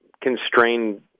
constrained